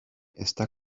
está